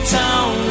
town